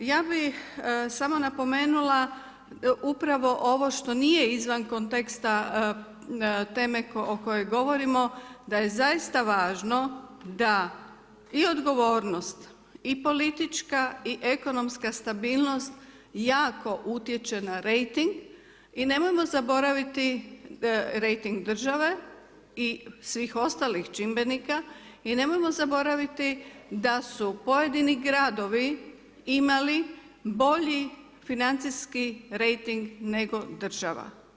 Ja bi samo napomenula upravo ovo što nije izvan konteksta teme o kojoj govorimo da je zaista važno da i odgovornost i politička i ekonomska stabilnost jako utječe na rejting i nemojmo zaboraviti rejting države i svih ostalih čimbenika i nemojmo zaboraviti da su pojedini gradovi imali bolji financijski rejting nego država.